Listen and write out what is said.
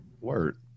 Word